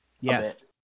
Yes